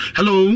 Hello